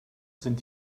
sind